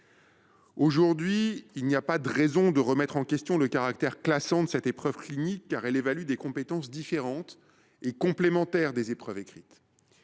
Aujourd’hui, il n’y a pas de raison de remettre en question le caractère classant de cette épreuve clinique, car elle évalue des compétences différentes et complémentaires de celles des épreuves écrites.